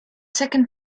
second